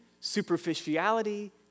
superficiality